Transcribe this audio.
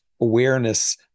awareness